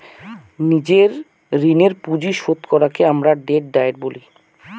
নিজের ঋণের পুঁজি শোধ করাকে আমরা ডেট ডায়েট বলি